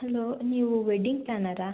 hello ನೀವು wedding ಪ್ಲ್ಯಾನರಾ